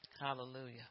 hallelujah